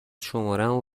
شمارمو